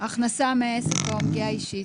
הכנסה מעסק שלא מיגיעה אישית.